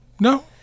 No